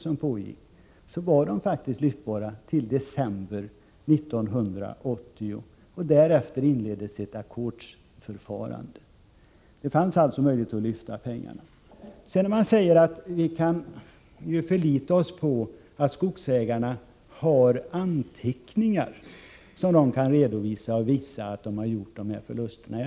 Men de var faktiskt lyftbara fram till december 1980 — därefter inleddes ett ackordsförfarande. Det fanns alltså möjlighet att lyfta pengarna. Det sägs vidare att vi kan förlita oss på att skogsägarna har anteckningar, genom vilka de kan visa att de har gjort de förluster som det gäller.